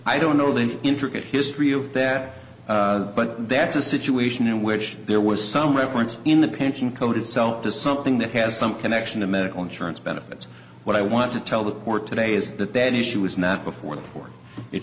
know the intricate history of that but that's a situation in which there was some reference in the pension code itself to something that has some connection to medical insurance benefits what i want to tell the court today is that that issue is not before